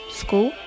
school